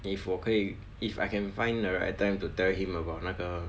if 我可以 if I can find the right time to tell him about 那个